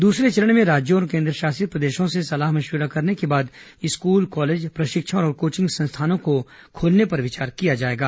दूसरे चरण में राज्यों और केंद्रशासित प्रदेशों से सलाह मशविरा करने के बाद स्कूल क ॉलेज प्रशिक्षण और कोचिंग संस्थानों को खोलने पर विचार किया जाएगा